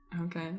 okay